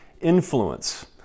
influence